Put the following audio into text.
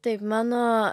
taip mano